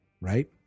right